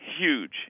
huge